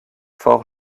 fort